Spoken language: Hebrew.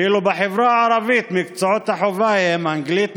ואילו בחברה הערבית מקצועות החובה הם אנגלית,